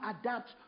adapt